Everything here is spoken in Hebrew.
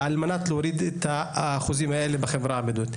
על מנת להוריד את אחוזי הנשירה בחברה הבדואית.